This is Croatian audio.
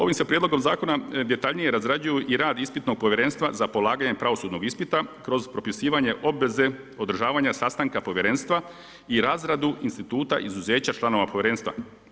Ovim se prijedlogom zakona detaljnije razrađuju i rad ispitnog povjerenstva za polaganje pravosudnog ispita kroz propisivanje obveze održavanja sastanka povjerenstva i razradu instituta izuzeća članova povjerenstva.